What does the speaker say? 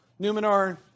Numenor